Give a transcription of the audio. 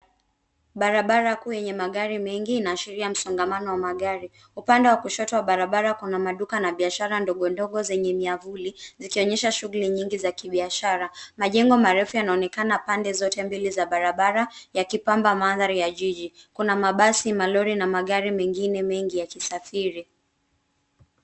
Barabara kuu yenye magari mengi na inaashiria ya msongamano wa magari, upande wa kushoto wa barabara kuna maduka na biashara ndogo ndogo zenye miavuli zikionyesha shughuli nyingi za kibiashara, majengo marefu yanaonekana pande zote mbili za barabara ya kipamba mandhari ya jiji ,kuna mabasi, malori na magari mengine mengi yakisafiri.